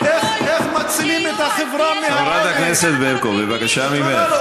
מה הסיכוי שהחוק הזה יתממש?